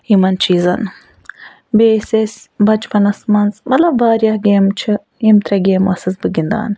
یِمن چیٖزَن بیٚیہِ ٲسۍ أسۍ بچپَنَس مَنٛز مَطلَب واریاہ گیمہٕ چھِ یِم ترٛےٚ گیمہٕ ٲسٕس بہٕ گِندان